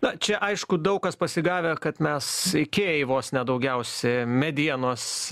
na čia aišku daug kas pasigavę kad mes ikėjai vos ne daugiausia medienos